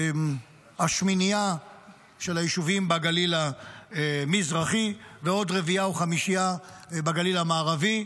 שמינייה של יישובים בגליל המזרחי ועוד רביעייה או חמישייה בגליל המערבי,